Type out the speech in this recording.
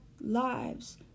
lives